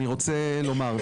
אני רוצה לומר,